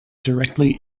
directly